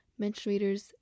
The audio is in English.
menstruators